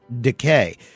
decay